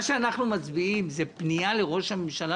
אנחנו מצביעים על פנייה לראש הממשלה,